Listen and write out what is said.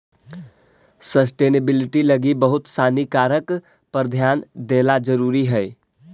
sustainability लगी बहुत सानी कारक पर ध्यान देला जरुरी हई